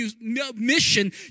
mission